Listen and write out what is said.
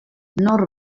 nor